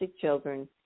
children